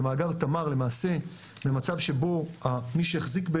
במאגר תמר למעשה במצב שבו מי שהחזיק,